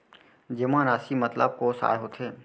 जेमा राशि मतलब कोस आय होथे?